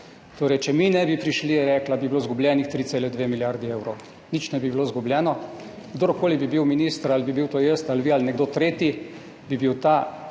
Torej: če mi ne bi prišli, je rekla, bi bilo izgubljenih 3,2 milijarde evrov. Nič ne bi bilo izgubljeno. Kdorkoli bi bil minister, ali bi bil to jaz ali vi ali nekdo tretji, bil ta